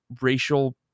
racial